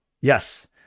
Yes